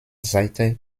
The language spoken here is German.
saite